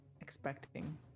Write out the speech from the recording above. expecting